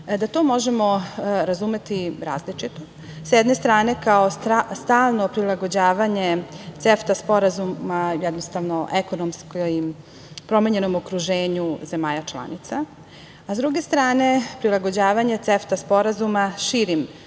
možemo razumeti različito. S jedne strane, kao stalno prilagođavanje CEFTA sporazuma ekonomski promenjenom okruženju zemalja članica, a sa druge strane, prilagođavanje CEFTA sporazuma širim